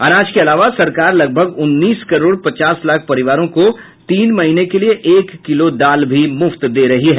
अनाज के अलावा सरकार लगभग उन्नीस करोड़ पचास लाख परिवारों को तीन महीने के लिए एक किलो दाल भी मुफ्त दे रही है